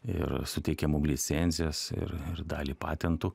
ir suteikė mum licencijas ir ir dalį patentų